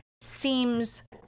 seems